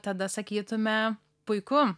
tada sakytume puiku